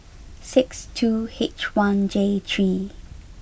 sixty two H one J three